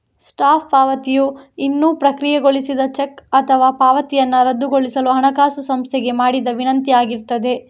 stop ಪಾವತಿಯು ಇನ್ನೂ ಪ್ರಕ್ರಿಯೆಗೊಳಿಸದ ಚೆಕ್ ಅಥವಾ ಪಾವತಿಯನ್ನ ರದ್ದುಗೊಳಿಸಲು ಹಣಕಾಸು ಸಂಸ್ಥೆಗೆ ಮಾಡಿದ ವಿನಂತಿ ಆಗಿರ್ತದೆ